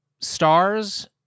stars